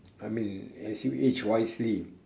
I mean as you age wisely